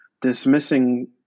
dismissing